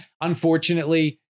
unfortunately